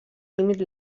límit